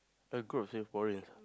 the group had